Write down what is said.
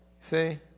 See